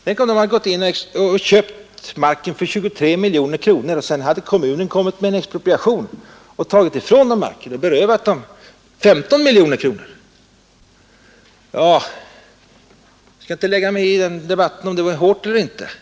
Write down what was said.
Tänk om konsortiet hade köpt marken för 23 miljoner kronor och kommunen sedan genom en expropriation tagit ifrån konsortiet marken och berövat det 15 miljoner kronor! Jag skall inte lägga mig i debatten, om detta är hårt eller inte.